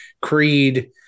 creed